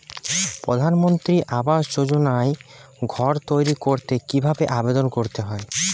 প্রধানমন্ত্রী আবাস যোজনায় ঘর তৈরি করতে কিভাবে আবেদন করতে হবে?